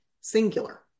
singular